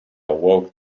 awoke